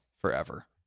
forever